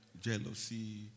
jealousy